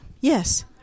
Yes